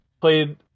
Played